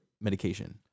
medication